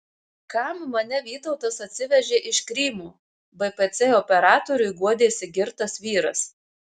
kam mane vytautas atsivežė iš krymo bpc operatoriui guodėsi girtas vyras